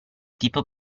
tipo